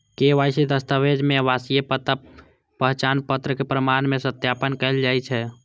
KYC दस्तावेज मे आवासीय पता, पहचान पत्र के प्रमाण के सत्यापन कैल जाइ छै